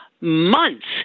months